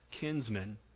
kinsmen